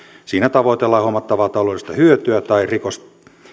siinä tavoitellaan huomattavaa taloudellista hyötyä tai rikos